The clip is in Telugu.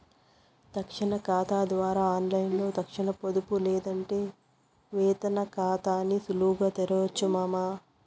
తక్షణ కాతా ద్వారా ఆన్లైన్లో తక్షణ పొదుపు లేదంటే వేతన కాతాని సులువుగా తెరవొచ్చు మామా